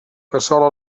cassola